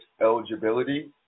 eligibility